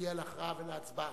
נגיע להכרעה ולהצבעה.